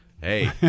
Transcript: Hey